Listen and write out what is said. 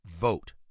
Vote